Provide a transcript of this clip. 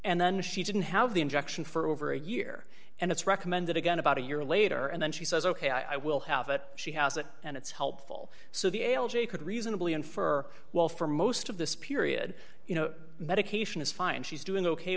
and then she didn't have the injection for over a year and it's recommended again about a year later and then she says ok i will have it she has it and it's helpful so the algae could reasonably infer well for most of this period you know medication is fine she's doing ok